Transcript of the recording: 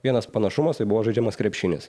vienas panašumas tai buvo žaidžiamas krepšinis